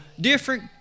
different